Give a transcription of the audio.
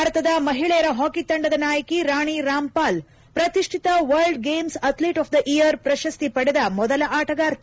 ಭಾರತದ ಮಹಿಳೆಯರ ಹಾಕಿ ತಂಡದ ನಾಯಕಿ ರಾಣಿ ರಾಮ್ಪಾಲ್ ಪ್ರತಿಡ್ಡಿತ world games athlete of the year ಪ್ರಶಸ್ತಿ ಪಡೆದ ಮೊದಲ ಆಟಗಾರ್ತಿ